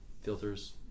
filters